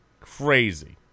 crazy